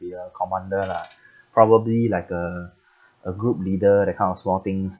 be a commander lah probably like a a group leader that kind of small things